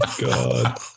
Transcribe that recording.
God